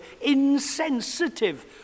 insensitive